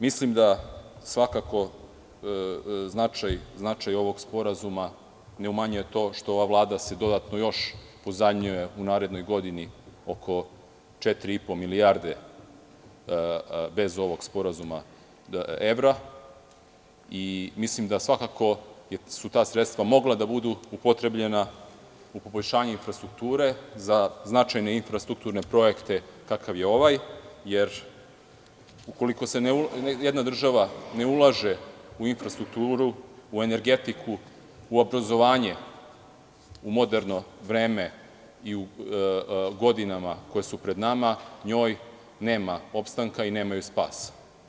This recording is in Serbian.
Mislim da, svakako, značaj ovog sporazuma ne umanjuje to što se ova Vlada dodatno još pozajmljuje u narednoj godini, oko 4,5 milijardi evra, bez ovog sporazuma, i mislim da su ta sredstva mogla da budu upotrebljena u poboljšanje infrastrukture, za značajne infrastrukturne projekte kakav je ovaj, jer ukoliko jedna država ne ulaže u infrastrukturu, u energetiku, u obrazovanje, u moderno vreme i godine koje su pred nama, njoj nema opstanka i nema joj spasa.